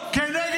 כנגד אלמנות.